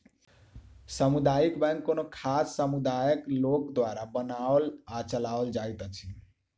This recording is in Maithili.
सामुदायिक बैंक कोनो खास समुदायक लोक द्वारा बनाओल आ चलाओल जाइत अछि